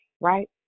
right